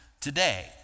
today